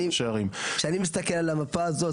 כשאני מסתכל על המפה הזאת,